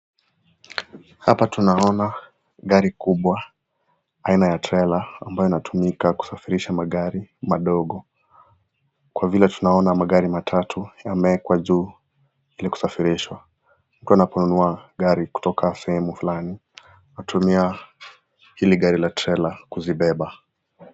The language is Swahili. Hapa tunaona gari kubwa aina ya trela, ambayo inatumika kusafirisha magari madogo. Kwa vile tunaona magari matatu yamewekwa juu ili kusafirishwa, mtu anaponunua gari kutoka sehemu fulani, hutumia hili gari la trela kuzibeba.